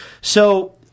So-